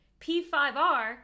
P5R